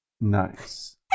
nice